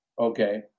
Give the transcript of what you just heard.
Okay